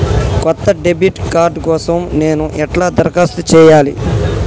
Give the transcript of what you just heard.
కొత్త debit card కోసం నేను ఎట్లా దరఖాస్తు చేయాలి?